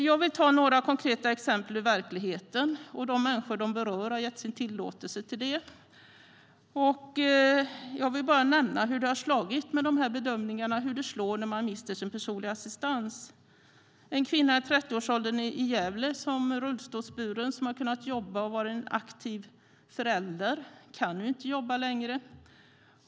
Jag vill ta några konkreta exempel ur verkligheten, och de människor som det handlar om har gett sin tillåtelse till det. Jag vill med detta visa hur det slår när de här bedömningarna gör att man mister sin personliga assistans. En rullstolsburen kvinna i 30-årsåldern i Gävle som har kunnat jobba och varit en aktiv förälder kan nu inte jobba längre.